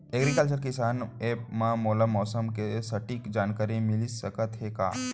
Agriculture किसान app मा मोला मौसम के सटीक जानकारी मिलिस सकत हे का?